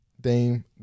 Dame